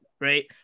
right